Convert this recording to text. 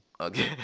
Okay